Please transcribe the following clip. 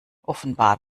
offenbar